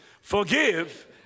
Forgive